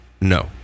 no